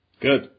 Good